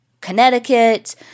Connecticut